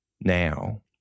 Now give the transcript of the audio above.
now